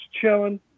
chilling